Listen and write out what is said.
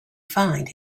find